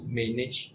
manage